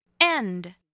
End